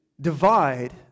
divide